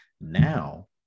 now